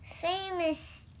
famous